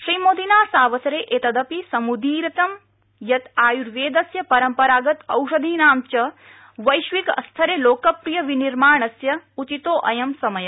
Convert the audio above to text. श्रीमोदिना सावसरे एतदपि सम्दीरितं यत् आय्वेदस्य परम्परागत औषधीनां च वैश्विकस्तरे लोकप्रिय विनिर्माणस्य उचितोऽयं समय